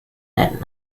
that